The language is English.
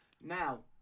Now